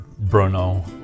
Bruno